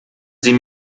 sie